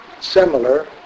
similar